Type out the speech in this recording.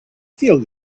feel